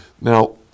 Now